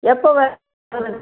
எப்போ